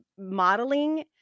modeling